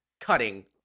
cutting